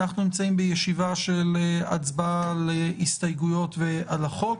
אנחנו נמצאים בישיבה של הצבעה על הסתייגויות על החוק.